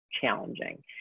challenging